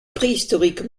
préhistorique